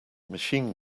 machine